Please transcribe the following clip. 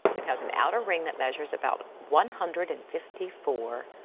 it has an outer ring that measures about one hundred and fifty four.